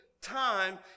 time